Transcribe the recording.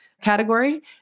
category